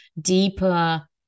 deeper